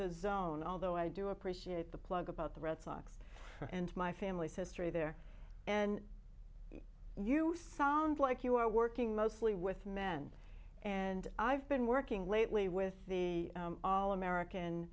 the zone although i do appreciate the plug about the red sox and my family's history there and you sound like you are working mostly with men and i've been working lately with the ol american